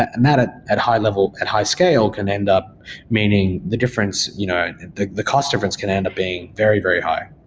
ah and that at a high-level, at high scale, can end up meaning the difference you know the the cost difference can end up being very, very high.